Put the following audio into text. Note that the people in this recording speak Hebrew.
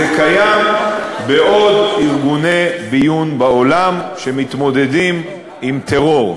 זה קיים בעוד ארגוני ביון בעולם שמתמודדים עם טרור.